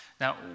Now